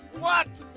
what?